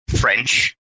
French